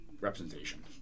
representation